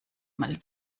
mal